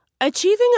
Achieving